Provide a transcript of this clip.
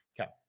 Okay